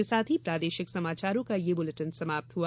इसके साथ ही प्रादेशिक समाचार का ये बुलेटिन समाप्त हुआ